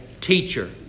teacher